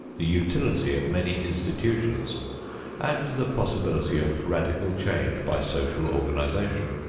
the utility of many institutions and the possibility of radical change by social organization.